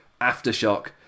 Aftershock